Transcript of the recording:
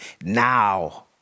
now